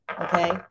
Okay